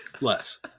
Less